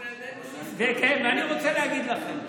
אני רוצה להגיד לכם: